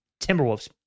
Timberwolves